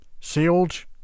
sealed